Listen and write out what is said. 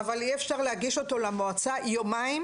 אבל אי אפשר להגיש אותו למועצה יומיים,